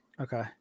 okay